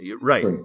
right